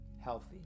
healthy